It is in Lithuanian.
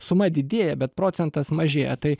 suma didėja bet procentas mažėja tai